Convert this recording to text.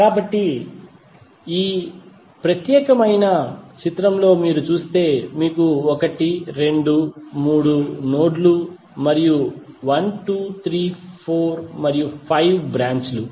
కాబట్టి ఈ ప్రత్యేక చిత్రంలో మీరు చూస్తే మీకు 1 2 3 నోడ్ లు మరియు 12 34 మరియు 5 బ్రాంచ్ లు